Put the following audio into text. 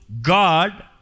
God